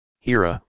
Hira